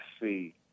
see